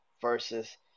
versus